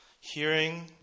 hearing